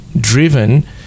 driven